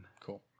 Cool